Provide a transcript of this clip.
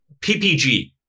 PPG